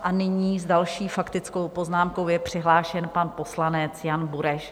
A nyní s další faktickou poznámkou je přihlášen pan poslanec Jan Bureš.